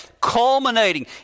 culminating